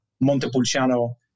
Montepulciano